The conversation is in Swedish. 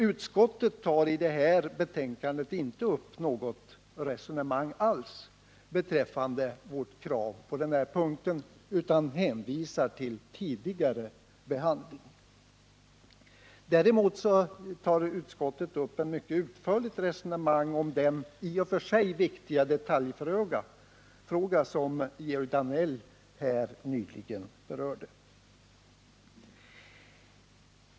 Utskottet tar i betänkandet inte upp något resonemang alls om våra krav på denna punkt utan hänvisar till tidigare behandling. Däremot tar utskottet upp ett mycket utförligt resonemang om den i och för sig viktiga detaljfråga som Georg Danell nyss berörde.